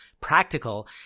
Practical